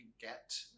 get